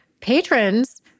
patrons